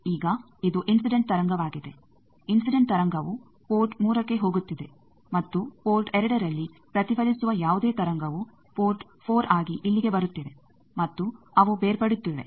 ಈಗ ಇದು ಇನ್ಸಿಡೆಂಟ್ತರಂಗವಾಗಿದೆ ಇನ್ಸಿಡೆಂಟ್ ತರಂಗವು ಪೋರ್ಟ್ 3ಗೆ ಹೋಗುತ್ತಿದೆ ಮತ್ತು ಪೋರ್ಟ್ 2ನಲ್ಲಿ ಪ್ರತಿಫಲಿಸುವ ಯಾವುದೇ ತರಂಗವು ಪೋರ್ಟ್ 4 ಆಗಿ ಇಲ್ಲಿಗೆ ಬರುತ್ತಿವೆ ಮತ್ತು ಅವು ಬೇರ್ಪಡುತ್ತಿವೆ